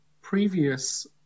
previous